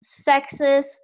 sexist